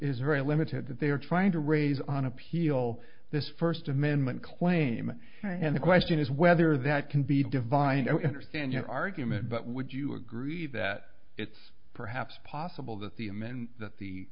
very limited that they are trying to raise on appeal this first amendment claim and the question is whether that can be divine and or stand your argument but would you agree that it's perhaps possible that the admin that the